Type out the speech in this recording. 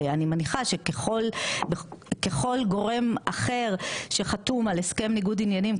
ואני מניחה שככל גורם אחר שחתום על הסכם ניגוד עניינים,